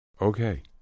Okay